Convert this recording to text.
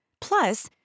Plus